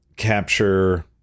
capture